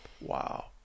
Wow